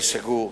אל-שגור,